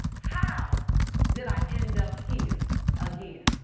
how did i end up here again?